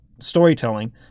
storytelling—